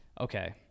Okay